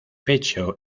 pecho